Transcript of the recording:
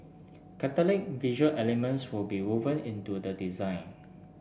catholic visual elements will be woven into the design